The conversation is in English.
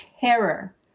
terror